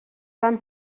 van